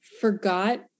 forgot